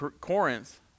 Corinth